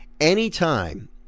Anytime